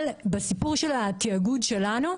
בסיפור של התיאגוד שלנו,